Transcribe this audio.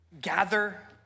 gather